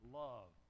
love